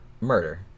murder